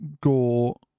gore